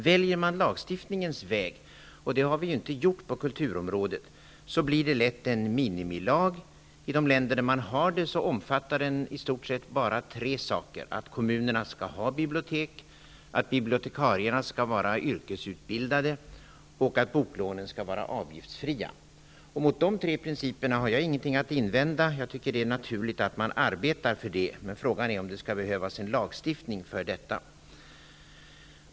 Väljer man lagstiftningsvägen -- det har vi inte gjort på kulturområdet -- blir det lätt en minimilag. I de länder där man har en sådan omfattar den i stort sett bara tre saker: att kommunerna skall ha bibliotek, att bibliotekarierna skall vara yrkesutbildade och att boklånen skall vara avgiftsfria. Mot dessa principer har jag ingenting att invända. Jag tycker att det är naturligt att man arbetar för det, men frågan är om det skall behövas en lagstiftning för detta.